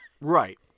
Right